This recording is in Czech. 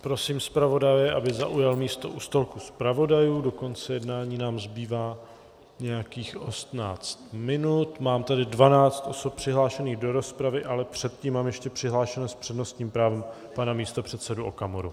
Prosím zpravodaje, aby zaujal místo u stolku zpravodajů, do konce jednání nám zbývá nějakých 18 minut, mám tady 12 osob přihlášených do rozpravy, ale předtím mám ještě přihlášeného s přednostním právem pana místopředsedu Okamuru.